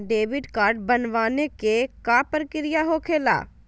Debit card बनवाने के का प्रक्रिया होखेला?